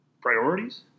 priorities